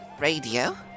radio